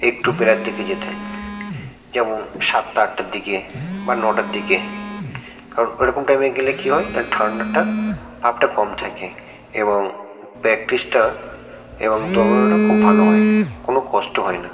একটু বেলার দিকে যেতে যেমন সাতটা আটটার দিকে বা নটার দিকে কারণ ওইরকম টাইমে গেলে কী হয় না ঠান্ডাটা ভাবটা কম থাকে এবং প্যাক্টিসটা এবং দৌড়ানোটা খুব ভালো হয় কোনো কষ্ট হয় না